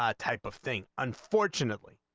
ah type of thing unfortunately